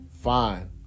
Fine